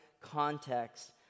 context